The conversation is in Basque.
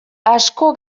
asko